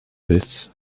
this